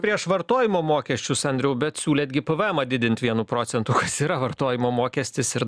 prieš vartojimo mokesčius andriau bet siūlėt gi pvemą didint vienu procentu kas yra vartojimo mokestis ir